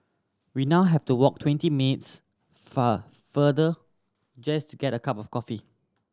we now have to walk twenty minutes far farther just to get a cup of coffee